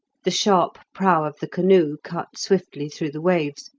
the sharp prow of the canoe cut swiftly through the waves,